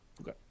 Okay